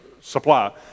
supply